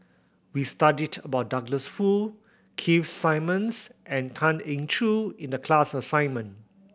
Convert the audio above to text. we studied about Douglas Foo Keith Simmons and Tan Eng Joo in the class assignment